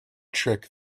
trick